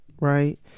Right